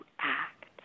act